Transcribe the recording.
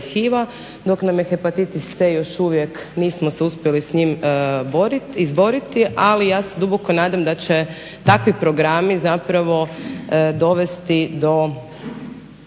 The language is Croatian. dok nam je hepatitis c još uvijek, nismo se uspjeli s njim izboriti, ali ja se duboko nadam da će takvi programi zapravo dovesti do